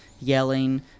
yelling